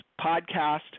podcast